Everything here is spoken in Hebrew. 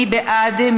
מי בעד?